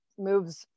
moves